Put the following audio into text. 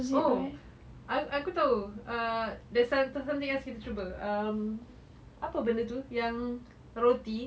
oh I aku tahu err there's something else kita cuba um apa benda tu yang roti